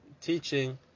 teaching